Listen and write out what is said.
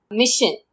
mission